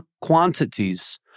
quantities